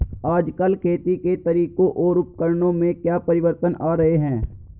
आजकल खेती के तरीकों और उपकरणों में क्या परिवर्तन आ रहें हैं?